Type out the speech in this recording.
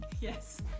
Yes